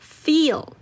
feel